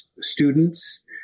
students